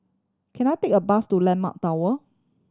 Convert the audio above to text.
can I take a bus to Landmark Tower